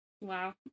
Wow